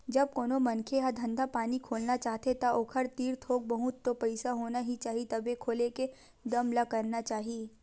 जब कोनो मनखे ह धंधा पानी खोलना चाहथे ता ओखर तीर थोक बहुत तो पइसा होना ही चाही तभे खोले के दम ल करना चाही